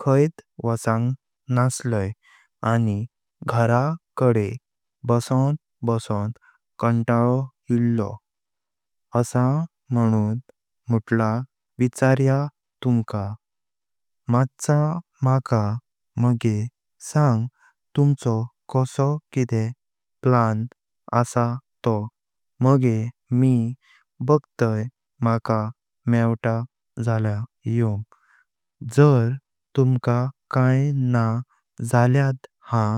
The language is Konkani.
खाइत वाचंग नासलाइ आनी घरा काडे बसन बसन कांताळो येळलो आसा मनून मुतला विचार्या तुमका। मत्सा म्हाका मागे सांग तुमचो कासो किदे प्लान आसा तोह मागे मि बगतै म्हाका मेवता जल्या योंग जर तुमका काई नहं जल्यात हां।